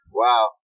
wow